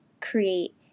create